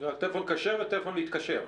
יש להם טלפון כשר וטלפון להתקשר.